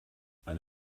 ein